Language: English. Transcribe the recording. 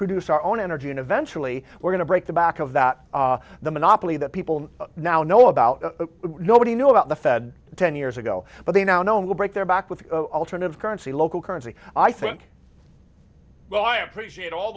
produce our own energy and eventually we're going to break the back of that the monopoly that people now know about nobody knew about the fed ten years ago but they now know will break their back with alternative currency local currency i think well i appreciate all